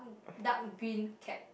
dark green cap